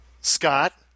Scott